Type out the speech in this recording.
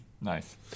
Nice